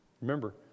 Remember